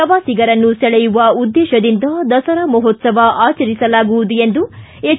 ಪ್ರವಾಸಿಗರನ್ನು ಸೆಳೆಯುವ ಉದ್ದೇಶದಿಂದ ದಸರಾ ಮಹೋತ್ಸವ ಆಚರಿಸಲಾಗುವುದು ಎಂದು ಹೆಚ್